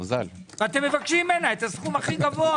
ואתם מבקשים ממנה את הסכום הכי גבוה